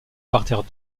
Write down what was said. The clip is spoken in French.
parterre